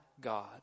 God